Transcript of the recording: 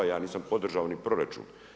Ja nisam podržao ni proračun.